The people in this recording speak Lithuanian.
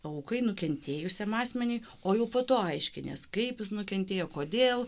aukai nukentėjusiam asmeniui o jau po to aiškinęs kaip jis nukentėjo kodėl